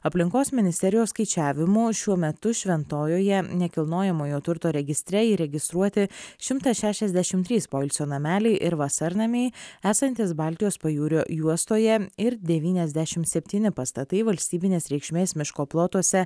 aplinkos ministerijos skaičiavimu šiuo metu šventojoje nekilnojamojo turto registre įregistruoti šimtas šešiasdešim trys poilsio nameliai ir vasarnamiai esantys baltijos pajūrio juostoje ir devyniasdešim septyni pastatai valstybinės reikšmės miško plotuose